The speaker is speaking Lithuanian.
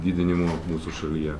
didinimo mūsų šalyje